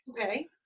Okay